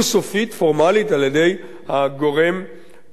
על-ידי הגורם המאשר,